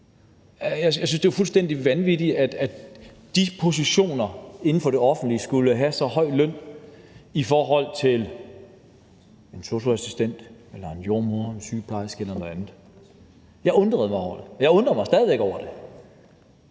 Jeg synes, det er fuldstændig vanvittigt, at de kategorier inden for det offentlige skal have en så høj løn i forhold til en sosu-assistent, jordemoder, sygeplejerske eller noget andet. Jeg har undret mig over det, og jeg undrer mig stadig væk over det,